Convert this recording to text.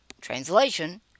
Translation